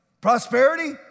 Prosperity